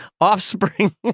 offspring